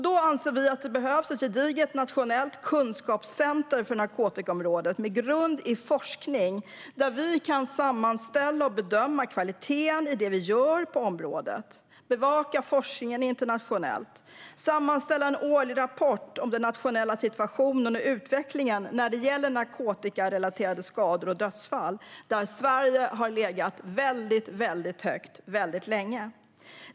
Vi anser att det behövs ett gediget nationellt kunskapscentrum för narkotikaområdet med grund i forskning där man kan sammanställa och bedöma kvaliteten i det som görs på området, bevaka forskningen internationellt och sammanställa en årlig rapport om den nationella situationen och utvecklingen när det gäller narkotikarelaterade skador och dödsfall, där Sverige har legat väldigt högt väldigt länge.